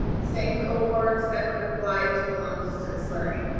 same cohorts, that would apply to the long distance learning.